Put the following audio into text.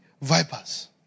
vipers